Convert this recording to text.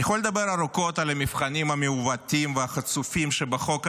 אני יכול לדבר ארוכות על המבחנים המעוותים והחצופים שבחוק הזה,